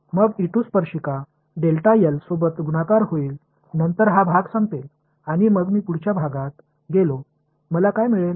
எனவே டான்ஜென்ஷியல் ஆல் பெருக்கினால் நான் இந்த பகுதியை முடித்தேன் அடுத்த பகுதிக்கு செல்கிறேன் எனக்கு என்ன கிடைக்கும்